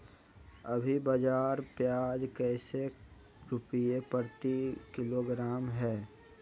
अभी बाजार प्याज कैसे रुपए प्रति किलोग्राम है?